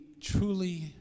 truly